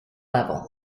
level